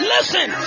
Listen